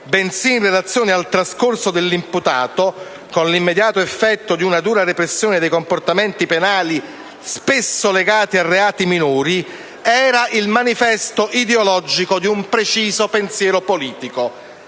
bensì in relazione al trascorso dell'imputato, con l'immediato effetto di una dura repressione dei comportamenti penali spesso legati a reati minori, era il manifesto ideologico di un preciso pensiero politico.